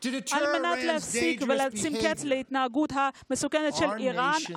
כדי למנוע את ההתנהגות המסוכנת של איראן,